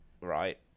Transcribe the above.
right